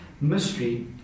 mystery